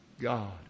God